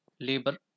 labor